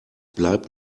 bleibt